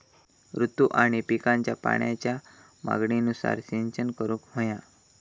ऋतू आणि पिकांच्या पाण्याच्या मागणीनुसार सिंचन करूक व्हया